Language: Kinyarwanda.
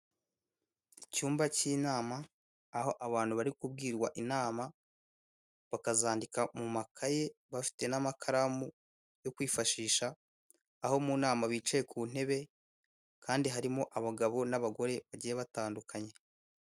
Icyumba k'inama aho abantu bari kugirwa inama bakazandika mu makaye bafite n'amakaramu yo kwifashisha aho mu nama bicaye ku ntebe kandi harimo abagabo n'abagore bagiye batandukanye.